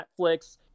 Netflix